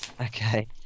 Okay